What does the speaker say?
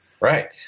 Right